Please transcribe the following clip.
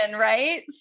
right